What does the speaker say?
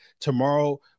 Tomorrow